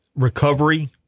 Recovery